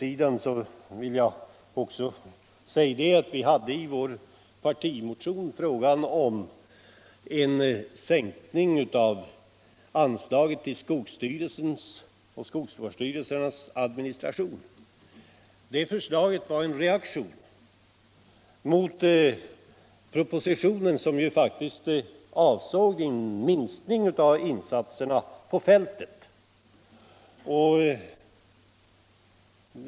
Jag vill också säga att vi i vår partimotion hade uppe frågan om sänkning av anslaget till skogsstyrelsens och skogsvårdsstyrelsernas administration. Det förslaget var en reaktion mot propositionen, som ju faktiskt avsåg en minskning av insatserna på fältet.